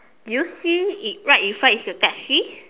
do you see in right in front is a taxi